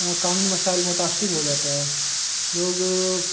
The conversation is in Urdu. قانون مسائل متاثر ہو جاتا ہے لوگ